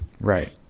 Right